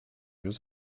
jeux